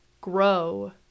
grow